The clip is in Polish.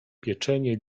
pieczenie